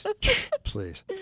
Please